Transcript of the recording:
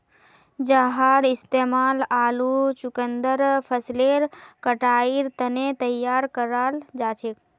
जहार इस्तेमाल आलू चुकंदर फसलेर कटाईर तने तैयार कराल जाछेक